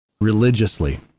religiously